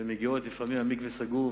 והן מגיעות ולפעמים המקווה סגור,